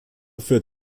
führt